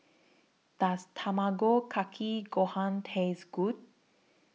Does Tamago Kake Gohan Taste Good